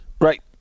Right